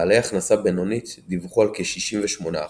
בעלי הכנסה בינונית דיווחו על כ-68%,